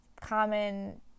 common